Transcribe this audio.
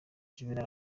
juvénal